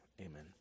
amen